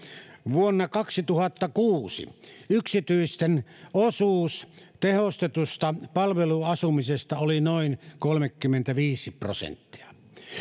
vuonna kaksituhattakuusi yksityisten osuus tehostetusta palveluasumisesta oli noin kolmekymmentäviisi prosenttia